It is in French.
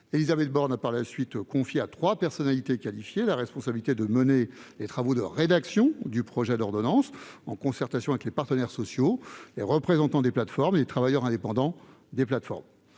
Élisabeth Borne a, par la suite, confié à trois personnalités qualifiées la responsabilité de mener les travaux de rédaction du projet d'ordonnance, en concertation avec les partenaires sociaux et les représentants des plateformes et des travailleurs indépendants de ces plateformes.